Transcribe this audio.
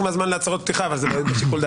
פתיחה?